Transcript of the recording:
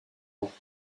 entre